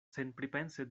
senpripense